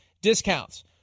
discounts